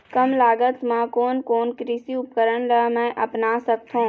कम लागत मा कोन कोन कृषि उपकरण ला मैं अपना सकथो?